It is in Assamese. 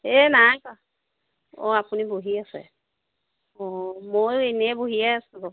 এই নাই কৰা অঁ আপুনি বহি আছে অঁ ময়ো এনেই বহিয়ে আছোঁ বাৰু